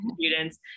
students